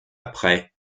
après